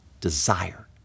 desire